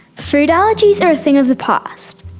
food allergies are a thing of the past,